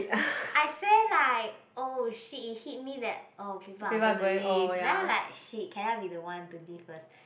I swear like oh shit it hit me that oh people are gonna leave then I like shit can I be the one to leave first